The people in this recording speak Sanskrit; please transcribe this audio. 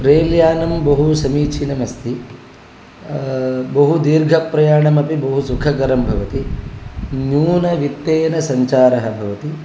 रेल् यानं बहु समीचीनमस्ति बहु दीर्घप्रयाणमपि बहु सुखकरं भवति न्यूनवित्तेन सञ्चारः भवति